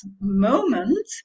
moment